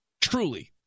Truly